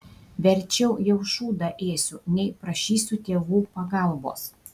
verčiau jau šūdą ėsiu nei prašysiu tėvų pagalbos